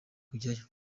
kujyayo